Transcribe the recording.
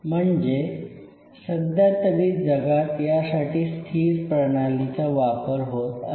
म्हणजे सध्यातरी जगात यासाठी स्थिर प्रणालीचा वापर होत आहे